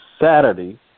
Saturday